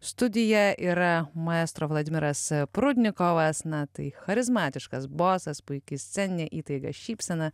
studiją yra maestro vladimiras prudnikovas na tai charizmatiškas bosas puiki sceninė įtaiga šypsena